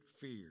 fear